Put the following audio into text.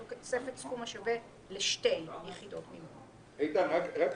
בתוספת סכום השווה לשתי יחידות מימון"; להבין,